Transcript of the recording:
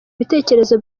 ibitekerezo